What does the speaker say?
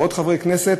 ועוד חברי כנסת.